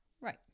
Right